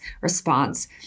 response